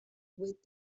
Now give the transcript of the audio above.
with